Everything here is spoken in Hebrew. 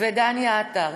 ודני עטר,